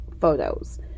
photos